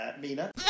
Mina